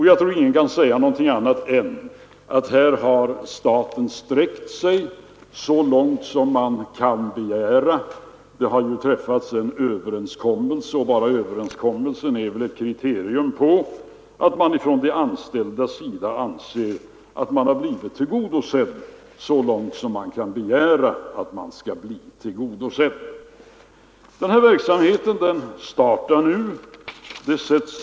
Jag tror ingen kan säga annat än att staten här har sträckt sig så långt som man kan begära. Det har träffats en överenskommelse, och redan denna överenskommelse är väl ett kriterium på att man från de anställdas sida anser sig ha fått sina intressen tillgodosedda så långt som man kan begära. Verksamheten startar nu.